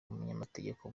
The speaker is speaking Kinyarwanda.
umunyamategeko